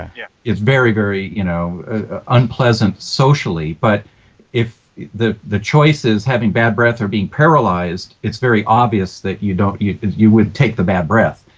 yeah it's very, very you know ah unpleasant socially, but if the the choice is having bad breath or being paralyzed, it's very obvious that you don't, you you would take the bad breath.